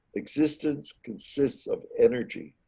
existence consists of energy.